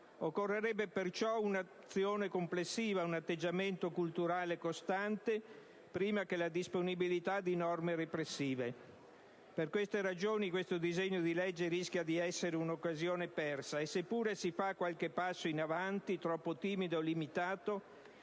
Occorrerebbero pertanto un'azione complessiva ed un atteggiamento culturale costante prima della disponibilità di norme repressive. Per tali ragioni, il disegno di legge in esame rischia di essere una occasione persa. Se pure si fa qualche passo in avanti, troppo timido e limitato,